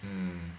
mm